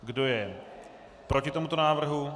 Kdo je proti tomuto návrhu?